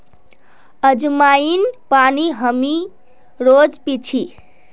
अज्वाइन पानी हामी रोज़ पी छी